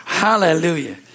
hallelujah